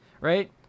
right